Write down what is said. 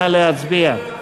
נא להצביע.